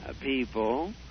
people